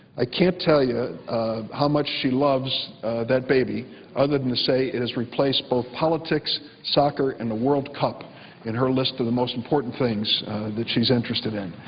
i can't tell you how much she loves that baby other than to say it has replaced both politics, soccer and the world cup in her list of the most important things that she is interested in.